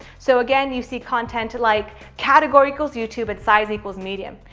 so again, you see content like category equals youtube and size equals medium.